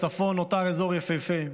הצפון נותר אזור יפיפה,